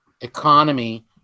economy